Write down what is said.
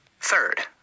Third